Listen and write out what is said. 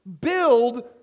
build